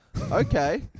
Okay